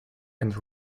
and